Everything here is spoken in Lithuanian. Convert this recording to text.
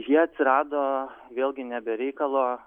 jie atsirado vėlgi ne be reikalo